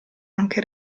anche